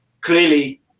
clearly